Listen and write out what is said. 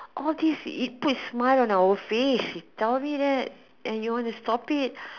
all this it puts a smile on out face you tell me that and you want to stop it